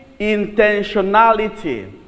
intentionality